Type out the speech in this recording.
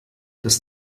das